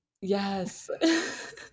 Yes